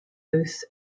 booth